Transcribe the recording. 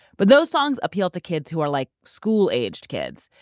but those songs appeal to kids who are like school-aged kids,